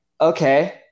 okay